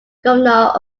governor